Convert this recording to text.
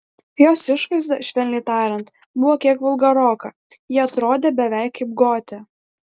jos išvaizda švelniai tariant buvo kiek vulgaroka ji atrodė beveik kaip gotė